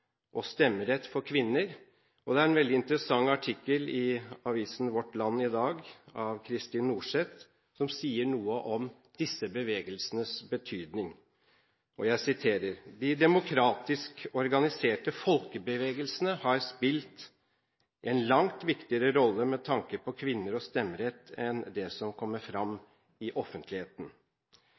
og stemmerett for kvinner. Det er en veldig interessant artikkel i avisen Vårt Land i dag av Kristin Norseth, som sier noe om disse bevegelsenes betydning: «De demokratisk organiserte folkebevegelsene har spilt en langt viktigere rolle med tanke på kvinner og stemmerett enn det som kommer fram i offentligheten.